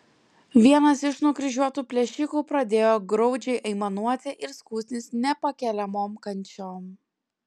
vienas iš nukryžiuotų plėšikų pradėjo graudžiai aimanuoti ir skųstis nepakeliamom kančiom